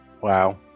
Wow